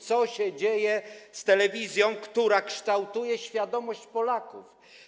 Co się dzieje z telewizją, która kształtuje świadomość Polaków?